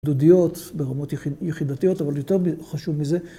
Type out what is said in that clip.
‫דודיות ברמות יחידתיות, ‫אבל יותר חשוב מזה...